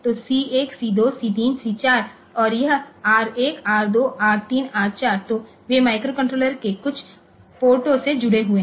तो C 1 C 2 C 3 C 4 और यह आर 1 आर 2 आर 3 आर 4 तो वे माइक्रोकंट्रोलर के कुछ पोर्टो से जुड़े हुए हैं